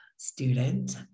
student